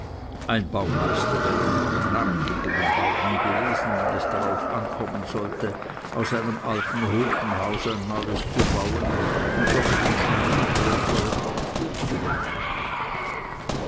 ein baumeister wäre nur ein narr gegen den bauern gewesen wenn es darauf ankommen sollte aus einem alten ofenhaus ein neues zu bauen und doch den schein bloßer reparatur zu behalten